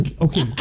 Okay